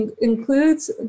includes